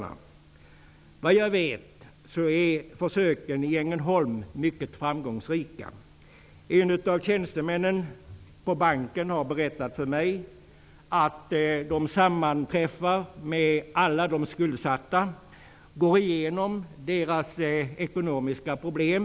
Såvitt jag vet är försöken i Ängelholm mycket framgångsrika. En av tjänstemännen på banken har berättat för mig att bankpersonalen sammanträffar med alla de skuldsatta och går igenom deras ekonomiska problem.